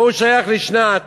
פה הוא שייך לשנת,